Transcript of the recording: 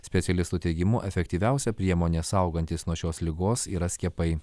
specialistų teigimu efektyviausia priemonė saugantis nuo šios ligos yra skiepai